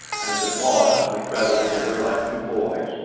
as it was, we traveled together like two boys,